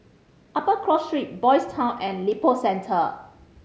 Upper Cross Street Boys' Town and Lippo Centre